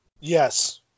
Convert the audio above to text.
Yes